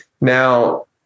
now